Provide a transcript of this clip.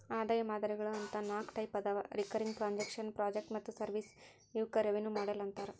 ಆದಾಯ ಮಾದರಿಗಳು ಅಂತ ನಾಕ್ ಟೈಪ್ ಅದಾವ ರಿಕರಿಂಗ್ ಟ್ರಾಂಜೆಕ್ಷನ್ ಪ್ರಾಜೆಕ್ಟ್ ಮತ್ತ ಸರ್ವಿಸ್ ಇವಕ್ಕ ರೆವೆನ್ಯೂ ಮಾಡೆಲ್ ಅಂತಾರ